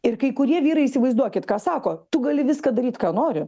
ir kai kurie vyrai įsivaizduokit ką sako tu gali viską daryt ką nori